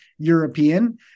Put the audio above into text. European